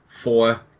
four